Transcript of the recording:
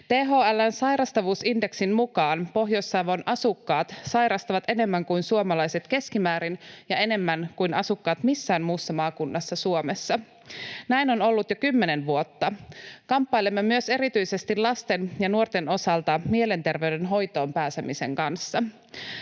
THL:n sairastavuusindeksin mukaan Pohjois-Savon asukkaat sairastavat enemmän kuin suomalaiset keskimäärin ja enemmän kuin asukkaat missään muussa maakunnassa Suomessa. Näin on ollut jo kymmenen vuotta. Kamppailemme myös erityisesti lasten ja nuorten osalta mielenterveyden hoitoon pääsemisen kanssa.